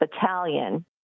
battalion